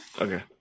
Okay